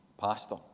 pastor